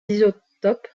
isotopes